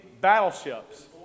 battleships